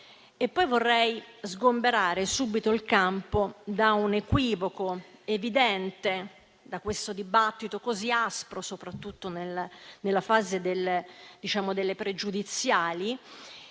Vorrei sgomberare subito il campo da un equivoco evidente, da questo dibattito così aspro, soprattutto nella fase delle pregiudiziali,